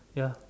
ya